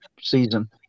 season